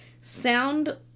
sound